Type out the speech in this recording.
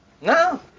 No